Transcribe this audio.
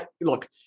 Look